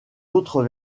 autres